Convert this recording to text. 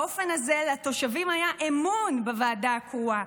באופן הזה, לתושבים היה אמון בוועדה הקרואה,